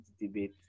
debate